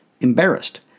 embarrassed